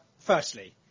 Firstly